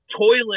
toilet